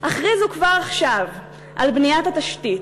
הכריזו כבר עכשיו על בניית התשתית.